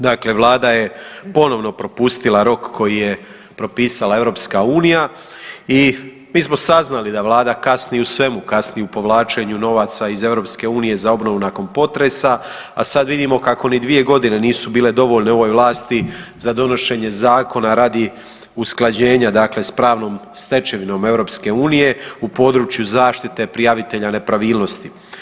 Dakle, Vlada je ponovno propustila rok koji je propisala EU i mi smo saznali da Vlada kasni u svemu, kasni u povlačenju novaca iz EU za obnovu nakon potresa, a sad vidimo kako ni dvije godine nisu bile dovoljne ovoj vlasti za donošenje zakona radi usklađenja, dakle sa pravnom stečevinom EU u području zaštite prijavitelja nepravilnosti.